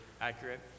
accurate